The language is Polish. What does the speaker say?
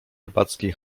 rybackiej